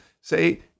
say